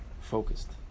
focused